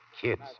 kids